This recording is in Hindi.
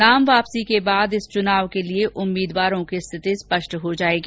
नाम वापसी के बाद इस चुनाव के लिए उम्मीदवारों की स्थिति स्पष्ट हो जाएगी